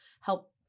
help